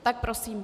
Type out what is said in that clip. Tak prosím...